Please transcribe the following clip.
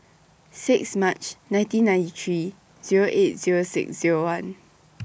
six March nineteen ninety three Zero eight Zero six Zero one